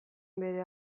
bere